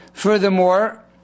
Furthermore